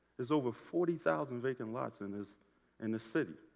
there's over forty thousand vacant lots in this and city.